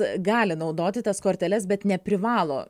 gali naudoti tas korteles bet neprivalo